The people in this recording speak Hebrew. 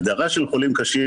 הגדרה של חולים קשים,